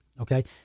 Okay